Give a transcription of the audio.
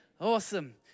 Awesome